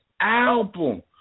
album